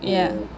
ya